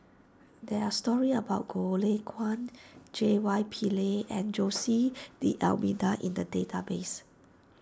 there are stories about Goh Lay Kuan J Y Pillay and Jose D'Almeida in the database